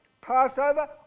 Passover